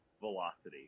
velocity